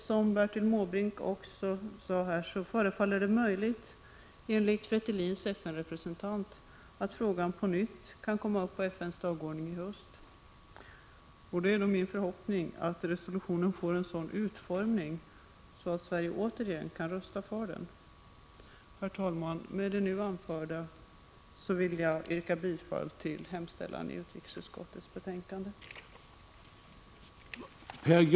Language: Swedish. Som Bertil Måbrink sade, förefaller det enligt Fretilins FN-representant som om frågan på nytt skulle komma upp på FN:s dagordning i höst. Det är då min förhoppning att resolutionen får en sådan utformning att Sverige återigen kan rösta för den. Herr talman! Med det nu anförda vill jag yrka bifall till hemställan i utrikesutskottets betänkande nr 30.